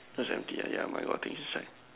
those empty ah yeah my God